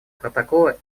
протокола